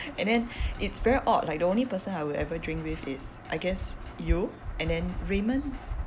and then it's very odd like the only person I will ever drink with is I guess you and then raymond